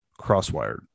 crosswired